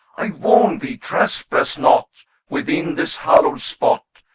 i warn thee, trespass not within this hallowed spot,